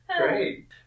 Great